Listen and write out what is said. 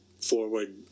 forward